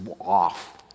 off